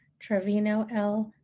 trevino l.